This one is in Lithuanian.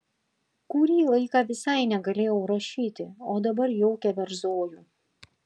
kurį laiką visai negalėjau rašyti o dabar jau keverzoju